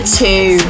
two